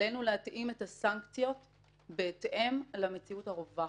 עלינו להתאים את הסנקציות בהתאם למציאות הרווחת.